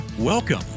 Welcome